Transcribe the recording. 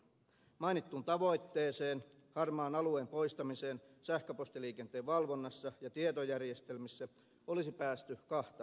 mainittuun tavoitteeseen harmaan alueen poistamiseen sähköpostiliikenteen valvonnassa ja tietojärjestelmissä olisi päästy kahta vaihtoehtoista tietä